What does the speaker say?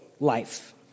life